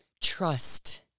trust